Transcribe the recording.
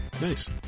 Nice